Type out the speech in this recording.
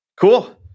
Cool